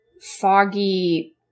foggy